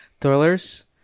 thrillers